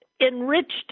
enriched